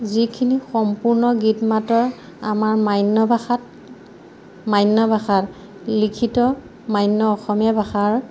যিখিনি সম্পূৰ্ণ গীত মাতৰ আমাৰ মান্য ভাষাত মান্য ভাষাত লিখিত মান্য অসমীয়া ভাষাৰ